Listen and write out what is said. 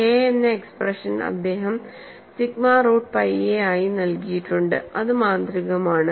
K എന്ന expression അദ്ദേഹം sigma root pi A ആയി നൽകിയിട്ടുണ്ട് അത് മാന്ത്രികമാണ്